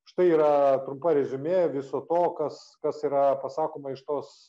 štai yra trumpa reziumė viso to kas kas yra pasakoma iš tos